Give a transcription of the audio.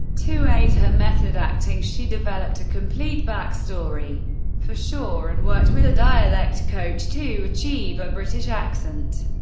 to aid her method acting, she developed a complete backstory for shaw, and worked with a dialect coach to achieve a british accent.